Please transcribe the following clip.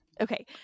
Okay